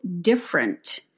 different